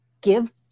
give